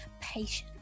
patience